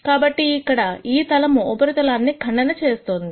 కాబట్టి ఇక్కడ ఈ తలము ఉపరితలాన్ని ఖండన చేస్తోంది